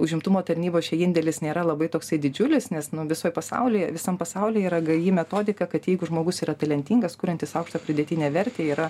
užimtumo tarnybos čia indėlis nėra labai toksai didžiulis nes nu visoj pasaulyje visam pasaulyje yra gaji metodika kad jeigu žmogus yra talentingas kuriantis aukštą pridėtinę vertę yra